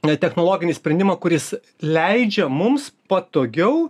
na technologinį sprendimą kuris leidžia mums patogiau